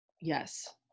Yes